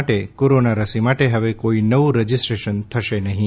માટે કોરોના રસી માટે હવે કોઈ નવું રજિસ્ટ્રેશન થશે નહીં